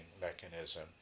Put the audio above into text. mechanism